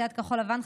סיעת כחול לבן,